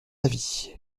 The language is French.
avis